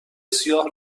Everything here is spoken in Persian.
سیاه